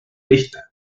lihtne